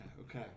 okay